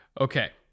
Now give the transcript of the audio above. Okay